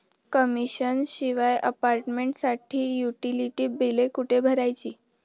Commission शिवाय अपार्टमेंटसाठी utility बिले कुठे भरायची?